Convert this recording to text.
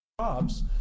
jobs